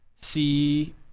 see